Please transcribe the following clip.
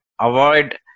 avoid